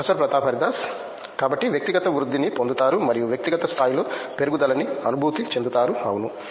professor Pratap Haridas కాబట్టి వ్యక్తిగత వృద్ధి ని పొందుతారు మరియు వ్యక్తిగత స్థాయిలో పెరుగుదలని అనుభూతి చెందుతారు అవును